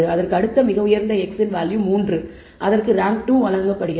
அதற்கு அடுத்த மிக உயர்ந்த x இன் வேல்யூ 3 அதற்கு ரேங்க் 2 வழங்கப்படுகிறது